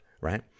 right